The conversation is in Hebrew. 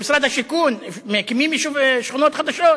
במשרד השיכון מקימים שכונות חדשות?